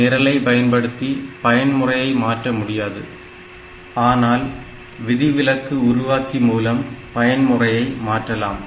இதனால் நிரலை பயன்படுத்தி பயன்முறையை மாற்ற முடியாது ஆனால் விதிவிலக்கு உருவாக்கி மூலம் பயன்முறையை மாற்றலாம்